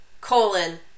colon